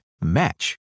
match